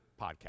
Podcast